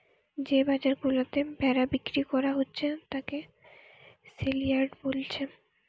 যে বাজার গুলাতে ভেড়া বিক্রি কোরা হচ্ছে তাকে সেলইয়ার্ড বোলছে